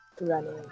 running